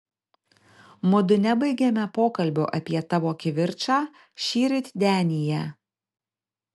mudu nebaigėme pokalbio apie tavo kivirčą šįryt denyje